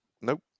Nope